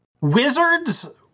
wizards